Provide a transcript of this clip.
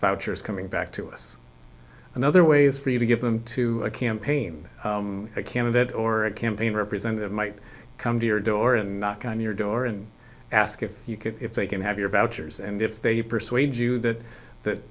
voters coming back to us in other ways for you to give them to a campaign candidate or a campaign representative might come to your door and knock on your door and ask if you could if they can have your vouchers and if they persuade you that that